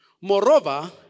Moreover